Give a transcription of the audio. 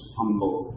humble